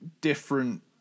different